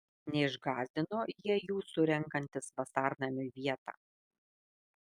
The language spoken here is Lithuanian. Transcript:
neišgąsdino jie jūsų renkantis vasarnamiui vietą